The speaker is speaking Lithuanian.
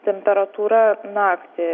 temperatūra naktį